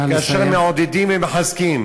כאשר מעודדים ומחזקים,